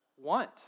want